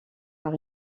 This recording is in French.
par